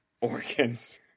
organs